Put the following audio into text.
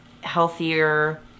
healthier